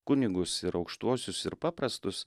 kunigus ir aukštuosius ir paprastus